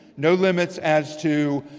no limits as to